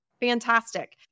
Fantastic